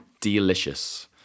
delicious